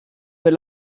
per